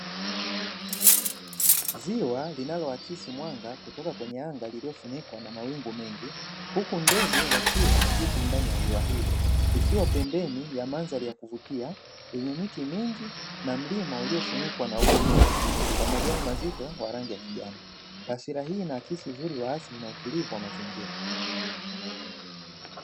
Ziwa linaloakisi mwanga kutoka kwenye anga lililofunikwa na mawingu mengi. Huku ndege wakila vitu ndani ya ziwa hili. Ikiwa pembeni ya mandhari ya kuvutia yenye miti mingi na mlima uliofunikwa na uoto wa asili wa majani mazito ya rangi ya kijani. Taswira hii inaakisi uzuri wa asili na utulivu wa mazingira.